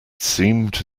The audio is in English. seemed